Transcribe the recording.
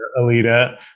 Alita